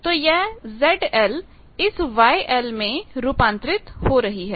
तो यह ZL इस YL में रूपांतरित हो रही है